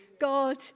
God